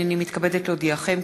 הנני מתכבדת להודיעכם,